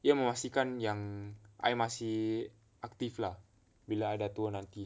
dia memastikan yang I masih aktif lah bila I dah tua nanti